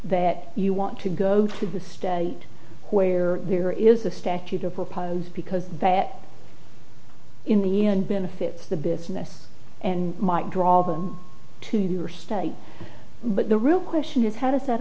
that you want to go to the state where there is a statute or proposed because that in the end benefits the business and might draw them to your state but the real question is how does that